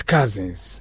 Cousins